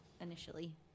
initially